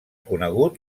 conegut